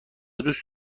دوست